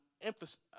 emphasis